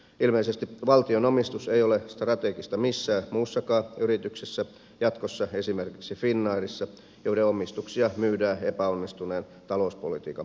ilmeisesti valtion omistus ei ole strategista missään muissakaan yrityksissä jatkossa esimerkiksi finnairissa joiden omistuksia myydään epäonnistuneen talouspolitiikan paikkaamiseksi